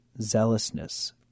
zealousness